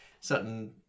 certain